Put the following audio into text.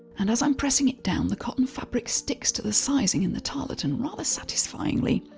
and as i'm pressing it down, the cotton fabric sticks to the sizing in the tarlatan, rather satisfyingly.